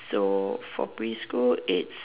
so for preschool it's